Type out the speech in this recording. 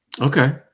Okay